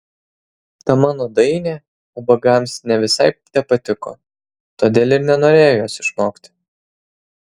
ta mano dainė ubagams ne visai tepatiko todėl ir nenorėjo jos išmokti